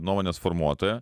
nuomonės formuotoja